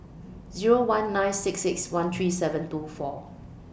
Zero one nine six six one three seven two four